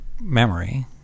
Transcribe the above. memory